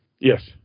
Yes